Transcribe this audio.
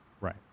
Right